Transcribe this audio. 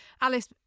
Alice